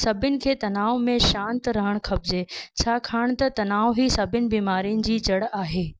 सभिनि खे तनाव में शांति रहणु खपजे छाकाणि त तनाव ई सभिनि बीमारियुनि जी जड़ आहे